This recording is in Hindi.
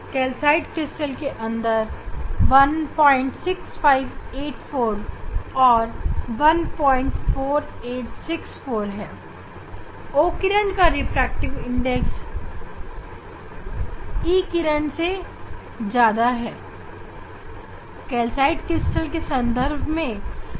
कैल्साइट क्रिस्टल के संदर्भ में O किरण का रिफ्रैक्टिव इंडेक्स E किरण से ज्यादा है